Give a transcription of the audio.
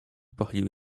pochylił